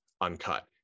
uncut